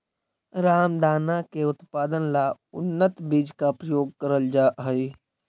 रामदाना के उत्पादन ला उन्नत बीज का प्रयोग करल जा हई